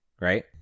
Right